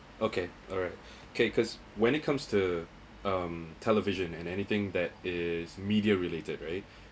okay alright okay because when it comes to um television and anything that is media related right